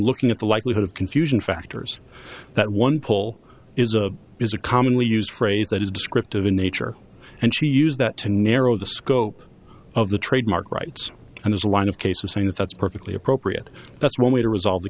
looking at the likelihood of confusion factors that one poll is a is a commonly used phrase that is descriptive in nature and she used that to narrow the scope of the trademark rights and there's a line of cases saying that that's perfectly appropriate that's one way to resolve the